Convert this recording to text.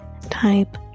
type